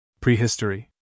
Prehistory